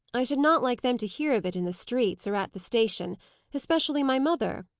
i should not like them to hear of it in the streets, or at the station especially my mother.